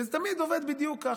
שזה תמיד יוצא בדיוק ככה.